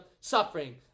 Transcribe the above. suffering